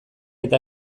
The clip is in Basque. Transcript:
eta